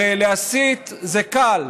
הרי להסית זה קל.